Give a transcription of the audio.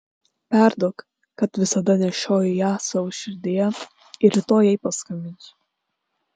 perduok kad visada nešioju ją savo širdyje ir rytoj jai paskambinsiu